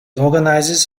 organizes